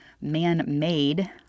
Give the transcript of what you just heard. man-made